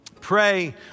pray